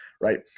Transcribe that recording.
right